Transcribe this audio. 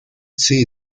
see